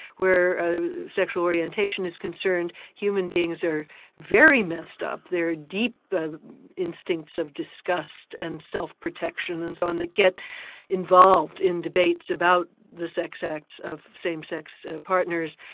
where sexual orientation is concerned, human beings are very messed up, their deep instincts of disgust and self-protection and so on that get involved in debates about the sex acts of same-sex partners,